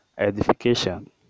edification